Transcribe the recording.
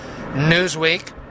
Newsweek